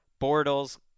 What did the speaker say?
Bortles